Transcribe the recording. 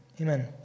Amen